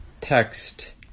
text